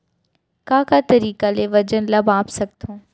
का का तरीक़ा ले वजन ला माप सकथो?